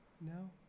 No